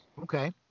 Okay